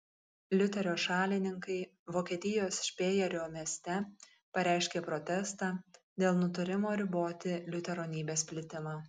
liuterio šalininkai vokietijos špėjerio mieste pareiškė protestą dėl nutarimo riboti liuteronybės plitimą